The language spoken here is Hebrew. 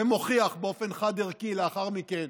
ומוכיח באופן חד-ערכי לאחר מכן